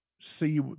see